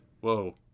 Whoa